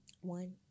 One